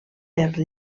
per